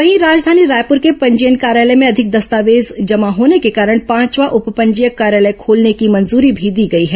वहीं राजधानी रायपूर के पंजीयन कार्यालय में अधिक दस्तावेज जमा होने के कारण पांचवां उप पंजीयक कार्यालय खोलने की मंजूरी भी दी गई है